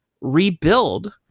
rebuild